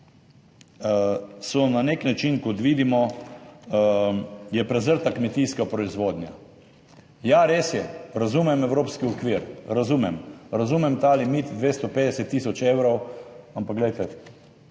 je na nek način, kot vidimo, prezrta kmetijska proizvodnja. Ja res je, razumem evropski okvir, razumem ta limit 250 tisoč evrov, ampak glejte,